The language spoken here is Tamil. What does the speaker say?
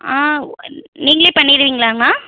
ஆ நீங்களே பண்ணிடுவீங்களாண்ணா